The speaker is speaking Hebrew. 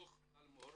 דו"ח פלמור